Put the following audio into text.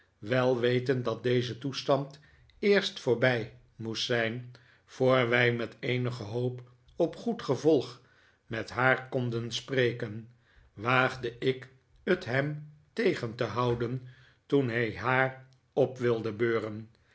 wel wetend dat deze toestand eerst voorbij moest zijn voor wij met eenige hoop op goed gevolg met haar konden spreken waagde ik het hem tegen te houden toen hij haar op wilde beuren